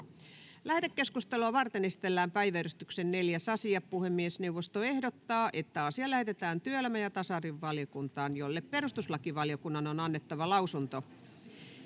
Lähetekeskustelua varten esitellään päiväjärjestyksen 4. asia. Puhemiesneuvosto ehdottaa, että asia lähetetään työelämä- ja tasa-arvovaliokuntaan, jolle perustuslakivaliokunnan on annettava lausunto.